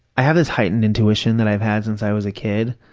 i have this heightened intuition that i've had since i was a kid,